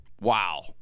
Wow